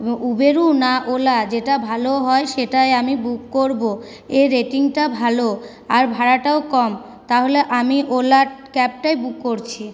Uber না ওলা যেটা ভালো হয় সেটাই আমি বুক করবো এর রেটিংটা ভালো আর ভাড়াটাও কম তাহলে আমি ওলা ক্যাবটাই বুক করছি